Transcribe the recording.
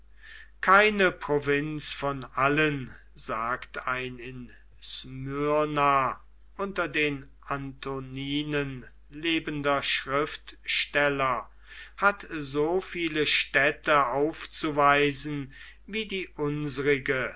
keine provinz von allen sagt ein in smyrna unter den antoninen lebender schriftsteller hat so viele städte aufzuweisen wie die unsrige